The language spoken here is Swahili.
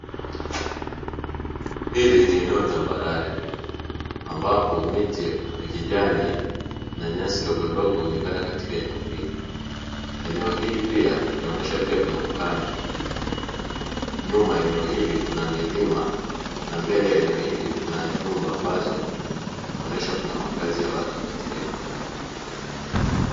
Hili ni eneo tambarare ambapo miti ya kijani na nyasi ndogondogo huonekana katika eneo hili, eneo hili pia linaonyesha pia kuna ukame, nyuma ya eneo hili kuna milima na mbele ya eneo hili kuna nyumba, ambazo huonesha kuna makazi ya watu katika eneo hilo.